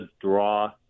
draw